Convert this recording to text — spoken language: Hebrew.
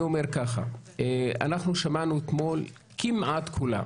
אנחנו שמענו אתמול כמעט את כולם,